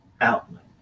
outlet